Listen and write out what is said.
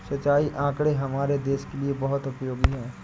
सिंचाई आंकड़े हमारे देश के लिए बहुत उपयोगी है